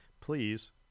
Please